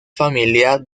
familiar